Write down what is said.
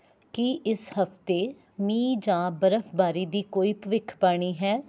ਕੀ ਇਸ ਹਫ਼ਤੇ ਮੀਂਹ ਜਾਂ ਬਰਫ਼ਬਾਰੀ ਦੀ ਕੋਈ ਭਵਿੱਖਬਾਣੀ ਹੈ